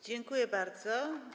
Dziękuję bardzo.